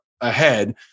ahead